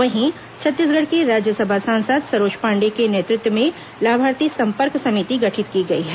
वहीं छत्तीसगढ़ से राज्यसभा सांसद सरोज पांडेय के नेतृत्व में लाभार्थी संपर्क समिति गठित की गई है